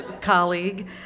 colleague